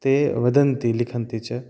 ते वदन्ति लिखन्ति च